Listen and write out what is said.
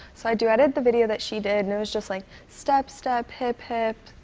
so i dueted the video that she did and it was just like, step, step, hip, hip,